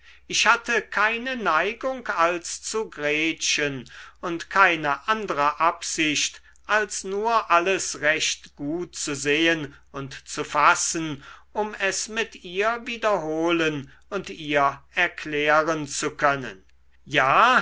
ich hatte keine neigung als zu gretchen und keine andre absicht als nur alles recht gut zu sehen und zu fassen um es mit ihr wiederholen und ihr erklären zu können ja